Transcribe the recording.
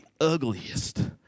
ugliest